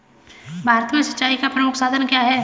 भारत में सिंचाई का प्रमुख साधन क्या है?